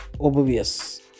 Obvious